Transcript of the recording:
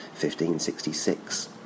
1566